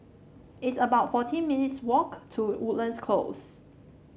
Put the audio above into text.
it's about fourteen minutes' walk to Woodlands Close